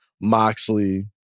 Moxley